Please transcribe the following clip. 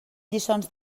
lliçons